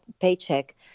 paycheck